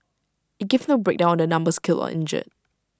IT gave no breakdown on the numbers killed or injured